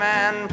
Man